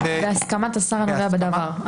בהסכמת השר הנוגע בדבר.